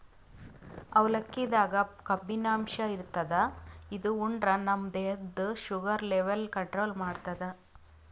ಅವಲಕ್ಕಿದಾಗ್ ಕಬ್ಬಿನಾಂಶ ಇರ್ತದ್ ಇದು ಉಂಡ್ರ ನಮ್ ದೇಹದ್ದ್ ಶುಗರ್ ಲೆವೆಲ್ ಕಂಟ್ರೋಲ್ ಮಾಡ್ತದ್